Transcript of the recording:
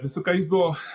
Wysoka Izbo!